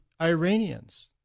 Iranians